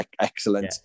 excellent